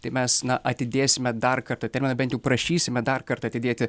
tai mes na atidėsime dar kartą terminą bent jau prašysime dar kartą atidėti